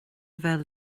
bheith